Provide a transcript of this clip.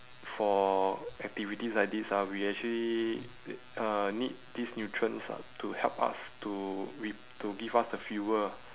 for activities like this ah we actually uh need these nutrients ah to help us to re~ to give us the fuel